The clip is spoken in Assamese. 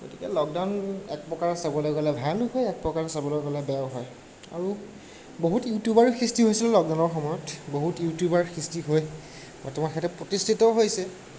গতিকে লকডাউন একপ্ৰকাৰে চাবলৈ গ'লে ভালো হয় একপ্ৰকাৰে চাবলৈ গ'লে বেয়াও হয় আৰু বহুত ইউটিউবাৰো সৃষ্টি হৈছিলে লকডাউনৰ সময়ত বহুত ইউটিউবাৰ সৃষ্টি হৈ বৰ্তমান ক্ষেত্ৰত প্ৰতিষ্ঠিতও হৈছে